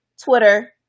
Twitter